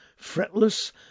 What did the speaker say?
Fretless